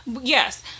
Yes